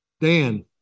Dan